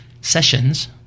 sessions